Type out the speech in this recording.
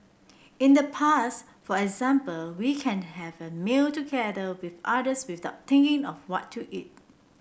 in the past for example we can have a meal together with others with of what to eat